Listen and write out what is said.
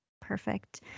Perfect